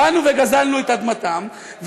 באנו וגזלנו את אדמתם,